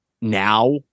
now